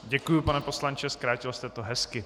Děkuji, pane poslanče, zkrátil jste to hezky.